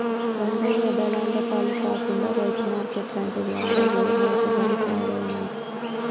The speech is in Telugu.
రంగయ్య దళార్ల పాల కాకుండా రైతు మార్కేట్లంటిరి ఆడ కూడ మోసగాళ్ల తయారైనారు